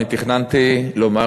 אני תכננתי לומר,